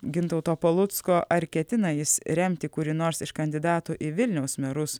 gintauto palucko ar ketina jis remti kurį nors iš kandidatų į vilniaus merus